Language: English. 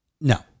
No